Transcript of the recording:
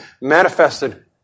manifested